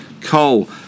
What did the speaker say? coal